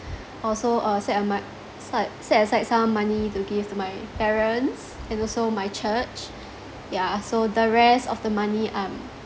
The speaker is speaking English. also uh set up my side set aside some money to give to my parents and also my church yeah so the rest of the money I'm